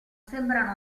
sembrano